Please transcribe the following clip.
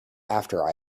after